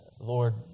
Lord